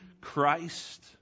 Christ